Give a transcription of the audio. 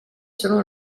selon